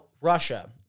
Russia